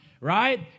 right